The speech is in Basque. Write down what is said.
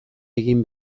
egin